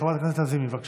חברת הכנסת לזימי, בבקשה.